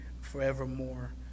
forevermore